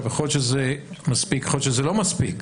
יכול להיות שזה מספיק, יכול להיות שזה לא מספיק,